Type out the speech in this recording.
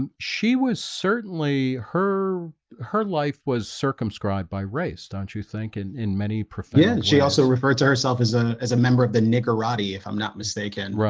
um she was certainly her her life was circumscribed by race. don't you think in in many prophets? yeah she also referred to herself as a as a member of the nicaragua if i'm not mistaken, right?